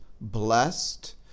blessed